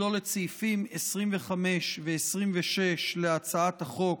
יכלול את סעיפים 25 ו-26 להצעת החוק,